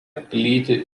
plyti